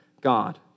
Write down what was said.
God